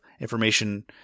information